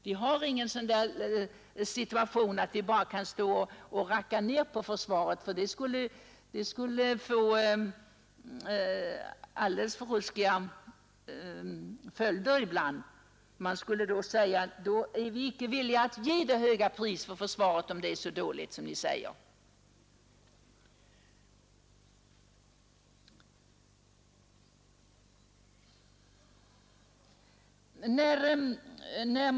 Vi kan inte bara racka ned på försvaret. Då skulle följderna bli svåra. Folk skulle bli ovilliga att betala så mycket för försvaret, om det är så dåligt.